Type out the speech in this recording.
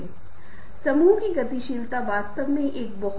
तो इन गुणों को एक नेता प्राप्त करना होगा